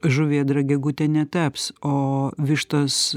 žuvėdra gegute netaps o vištos